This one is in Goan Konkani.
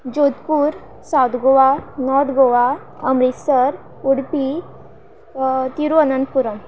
Jodhpur south Goa north Goa Amritsar Udupi Thiruvananthapuram